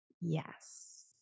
Yes